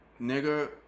nigger